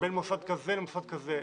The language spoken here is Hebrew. בין מוסד כזה למוסד כזה.